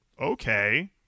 Okay